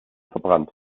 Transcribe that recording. verbrannt